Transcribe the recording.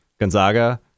Gonzaga